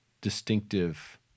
distinctive